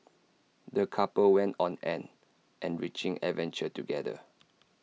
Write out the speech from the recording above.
the couple went on an enriching adventure together